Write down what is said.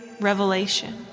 revelation